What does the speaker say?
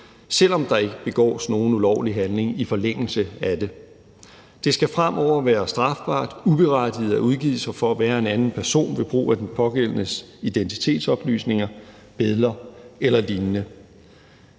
selv om der ikke begås nogen ulovlig handling i forlængelse af det. Det skal fremover være strafbart uberettiget at udgive sig for at være en anden person ved brug af den pågældendes identitetsoplysninger, billeder eller lignende.